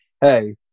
hey